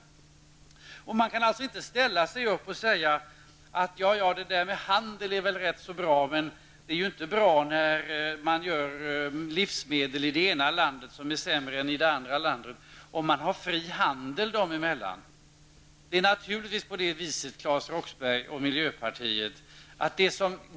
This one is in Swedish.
Man kan inte bara ställa sig upp och säga att det där med handel är rätt så bra, men det är ju inte bra när man producerar livsmedel i det ena landet som är sämre än de livsmedel som produceras i det andra landet, samtidigt som det är en fri handel dessa länder emellan.